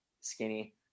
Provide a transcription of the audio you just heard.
skinny